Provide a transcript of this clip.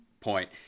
point